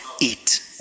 eat